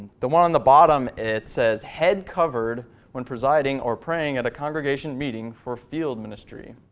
the one in the bottom it says head covered when presiding or praying at a congregation meeting for field ministry.